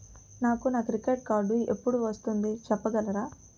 నాకు నా credit card ఎపుడు వస్తుంది చెప్పగలరా?